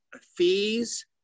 fees